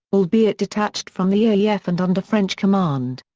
albeit detached from the aef and under french command.